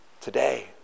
today